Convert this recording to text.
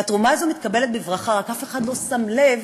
והתרומה הזו מתקבלת בברכה, רק אף אחד לא שם לב